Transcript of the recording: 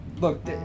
Look